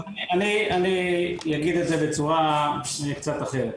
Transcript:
אני אגיד את זה בצורה קצת אחרת.